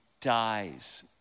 dies